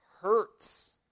hurts